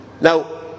Now